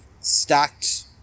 stacked